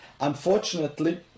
Unfortunately